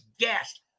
gassed